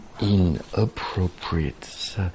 inappropriate